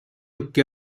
икки